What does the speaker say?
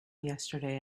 yesterday